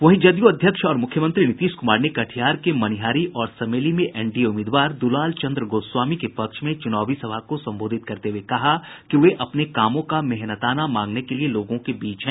वहीं जदयू अध्यक्ष और मुख्यमंत्री नीतीश कुमार ने कटिहार के मनिहारी और समेली में एनडीए उम्मीदवार दुलाल चंद्र गोस्वामी के पक्ष में चुनावी सभा को संबोधित करते हुए कहा कि वे अपने कामों का मेहनताना मांगने के लिये लोगों के बीच हैं